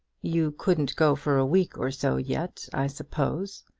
you couldn't go for a week or so yet, i suppose.